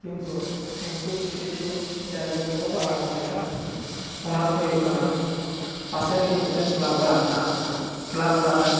ᱠᱤᱱᱛᱤ ᱩᱱᱠᱩ ᱠᱤᱪᱷᱩ ᱠᱤᱪᱷᱩ ᱪᱮᱞᱮᱡᱽ ᱨᱮᱠᱚ ᱯᱟᱲᱟᱣ ᱫᱟᱲᱮᱭᱟᱜᱼᱟ ᱚᱱᱟ ᱫᱚ ᱦᱩᱭᱩᱜ ᱠᱟᱱᱟ ᱯᱟᱥᱮ ᱨᱮᱜᱮ ᱢᱤᱫᱴᱟᱝ ᱠᱞᱟᱵᱽ ᱚᱲᱟᱜ ᱢᱮᱱᱟᱜᱼᱟ ᱠᱞᱟᱵᱽ ᱚᱲᱟᱜ ᱨᱮ